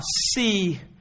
see